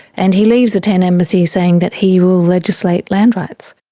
and he leaves the tent embassy saying that he will legislate land rights.